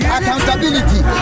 accountability